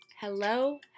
hello